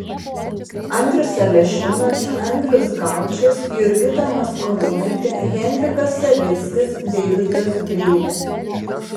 andrius alešiūnas andrius gaučas jurgita maskoliūnaitė henrikas savickis deividas breivė